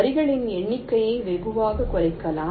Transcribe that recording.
வரிகளின் எண்ணிக்கையை வெகுவாகக் குறைக்கலாம்